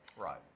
Right